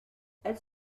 elle